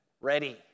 ready